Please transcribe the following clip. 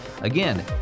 Again